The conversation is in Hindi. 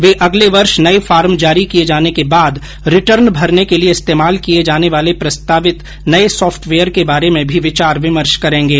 वे अगर्ले वर्ष नए फार्म जारी किए जाने के बाद रिटर्न भरने के लिए इस्तेमाल किए जाने वाले प्रस्तावित नए सॉफ्टवेयर के बारे में भी विचार विमर्श करेंगे